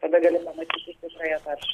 tada gali pamatyti tikrąją taršą